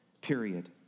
Period